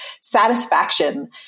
satisfaction